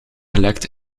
gelekt